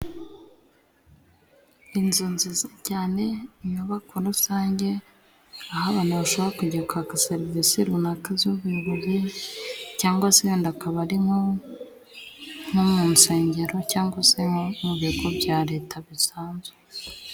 Inzu nziza cyane, inyubako rusange aho abantu barushaho kujya kwaka serivisi runaka z'ubuyobozi, cyangwa se yenda akaba ari nko mu nsengero cyangwa se mu bigo bya Leta bisanzwe.